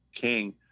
King